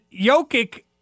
Jokic